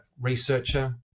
researcher